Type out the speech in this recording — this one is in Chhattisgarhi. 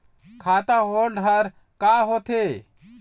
खाता होल्ड हर का होथे?